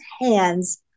hands